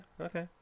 okay